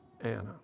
Anna